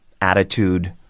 attitude